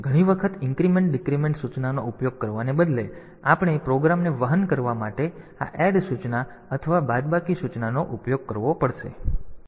તેથી ઘણી વખત ઇન્ક્રીમેન્ટ ડીક્રમેન્ટ સૂચનાનો ઉપયોગ કરવાને બદલે આપણે પ્રોગ્રામને વહન કરવા માટે આ એડ સૂચના અથવા બાદબાકી સૂચનાનો ઉપયોગ કરવો પડશે